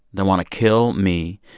that want to kill me,